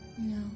No